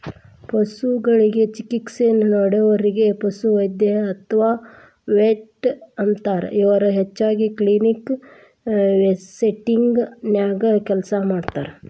ಪಶುಗಳಿಗೆ ಚಿಕಿತ್ಸೆ ನೇಡೋರಿಗೆ ಪಶುವೈದ್ಯ ಅತ್ವಾ ವೆಟ್ ಅಂತಾರ, ಇವರು ಹೆಚ್ಚಾಗಿ ಕ್ಲಿನಿಕಲ್ ಸೆಟ್ಟಿಂಗ್ ನ್ಯಾಗ ಕೆಲಸ ಮಾಡ್ತಾರ